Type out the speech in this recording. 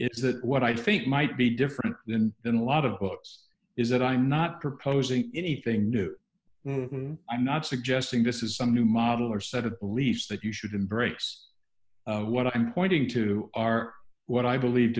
is that what i think might be different than in a lot of books is that i'm not proposing anything new i'm not suggesting this is some new model or set of beliefs that you should in breaks what i'm pointing to are what i believe